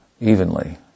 evenly